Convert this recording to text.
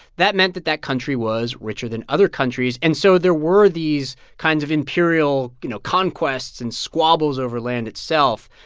that meant that that country was richer than other countries. and so there were these kinds of imperial, you know, conquests and squabbles over land itself.